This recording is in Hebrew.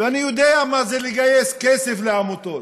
ואני יודע מה זה לגייס כסף לעמותות.